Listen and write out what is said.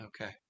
Okay